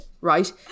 right